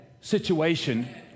situation